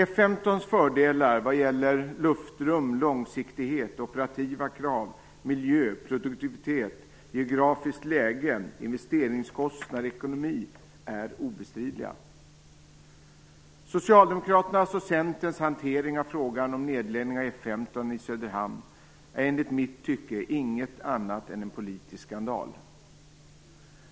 F 15:s fördelar vad gäller luftrum, långsiktighet, operativa krav, miljö, produktivitet, geografiskt läge, investeringskostnader och ekonomi är obestridliga. Socialdemokraternas och Centerns hantering av frågan om nedläggning av F 15 i Söderhamn är enligt mitt tycke ingenting annat än en politisk skandal.